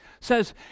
says